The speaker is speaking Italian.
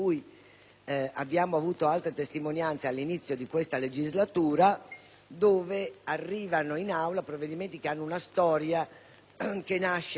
abbiamo avuto altre testimonianze all'inizio di questa legislatura, in cui arrivano in Aula provvedimenti la cui storia nasce